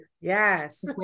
Yes